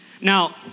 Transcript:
Now